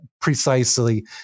precisely